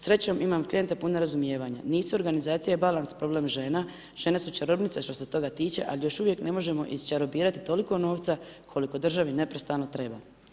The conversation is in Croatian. Srećom imam klijente pune razumijevanje, nisu organizacija i balans problem žena, žene su čarobnice što se toga tiče, ali još uvijek ne možemo isčarobirati toliko novca, koliko državi neprestano treba.